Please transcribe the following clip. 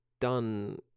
done